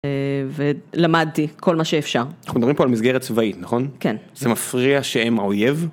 ולמדתי כל מה שאפשר. אנחנו מדברים פה על מסגרת צבאית, נכון? כן. זה מפריע שהם האויב?